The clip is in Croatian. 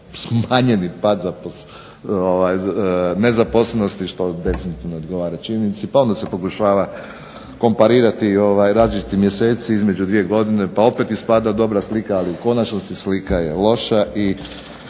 smanjeni pad nezaposlenosti što tehnički ne odgovara činjenici pa onda se pokušava komparirati različiti mjeseci između dvije godine pa opet ispada dobra slika, ali u konačnosti slika je loša i